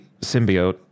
symbiote